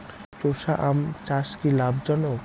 চোষা আম চাষ কি লাভজনক?